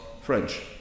French